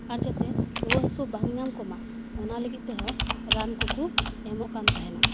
ᱟᱨ ᱡᱟᱛᱮ ᱨᱩᱣᱟᱹ ᱦᱟᱹᱥᱩ ᱵᱟᱝ ᱧᱟᱢ ᱠᱚᱢᱟ ᱚᱱᱟ ᱞᱟᱹᱜᱤᱫ ᱛᱮᱦᱚᱸ ᱨᱟᱱ ᱠᱚᱠᱚ ᱮᱢᱚᱜ ᱠᱟᱱ ᱛᱟᱦᱮᱱᱟ